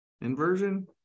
inversion